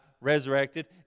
resurrected